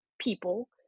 people